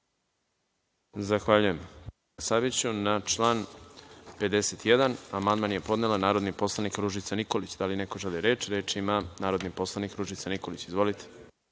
Zahvaljujem, kolega Saviću. Na član 51. amandman je podnela narodni poslanik Ružica Nikolić. Da li neko želi reč? Reč ima narodni poslanik Ružica Nikolić. Izvolite.